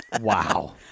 Wow